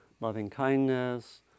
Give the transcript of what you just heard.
loving-kindness